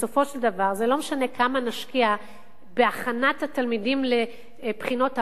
בספו של דבר לא משנה כמה נשקיע בהכנת התלמידים לבחינות ה"פיזה",